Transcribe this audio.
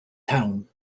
town